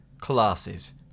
classes